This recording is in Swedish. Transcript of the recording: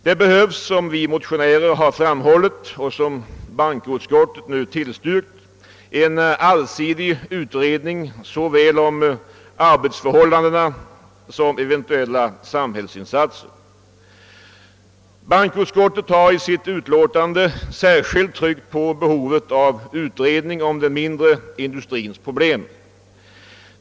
Det behövs, som vi framhållit i våra av bankoutskottet nu tillstyrkta motioner, en allsidig utredning om såväl arbetsförhållandena som eventuella samhällsinsatser. Utskottet har i sitt utlåtande särskilt tryckt på behovet av utredning om den mindre industrins problem.